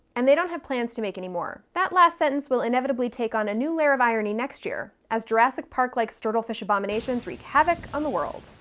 and they don't have plans to make any more. that last sentence will inevitably take on a new layer of irony next year, as jurassic park-like sturddlefish abominations wreak havoc on the world.